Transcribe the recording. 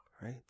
right